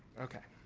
okay.